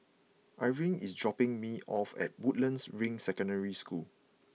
Irving is dropping me off at Woodlands Ring Secondary School